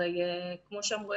הרי כמו שאמרו,